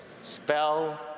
spell